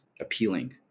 appealing